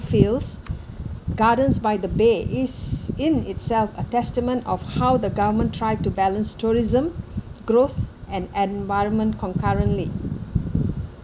fields gardens by the bay is in itself a testament of how the government try to balance tourism growth and environment concurrently